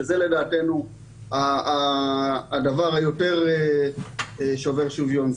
שזה לדעתנו הדבר היותר שובר שוויון,